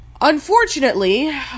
Unfortunately